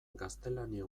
gaztelania